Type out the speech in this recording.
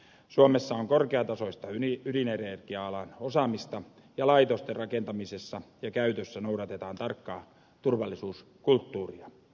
suomessa on korkeatasoista ydinenergia alan osaamista ja laitosten rakentamisessa ja käytössä noudatetaan tarkkaa turvallisuuskulttuuria